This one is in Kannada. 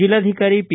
ಜಿಲ್ಲಾಧಿಕಾರಿ ಪಿ